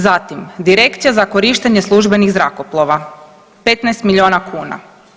Zatim Direkcija za korištenje službenih zrakoplova 15 milijuna kuna.